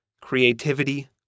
Creativity